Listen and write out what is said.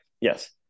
Yes